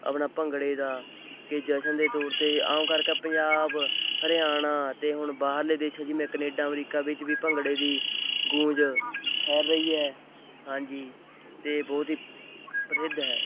ਆਪਣਾ ਭੰਗੜੇ ਦਾ ਕਿ ਜਸ਼ਨ ਦੇ ਤੌਰ 'ਤੇ ਆਮ ਕਰਕੇ ਪੰਜਾਬ ਹਰਿਆਣਾ ਅਤੇ ਹੁਣ ਬਾਹਰਲੇ ਦੇਸ਼ਾਂ ਜਿਵੇਂ ਕਨੇਡਾ ਅਮਰੀਕਾ ਵਿੱਚ ਵੀ ਭੰਗੜੇ ਦੀ ਗੂੰਜ ਫੈਲ ਰਹੀ ਹੈ ਹਾਂਜੀ ਅਤੇ ਬਹੁਤ ਹੀ ਪ੍ਰਸਿੱਧ ਹੈ